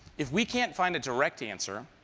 if we cannot find a direct answer,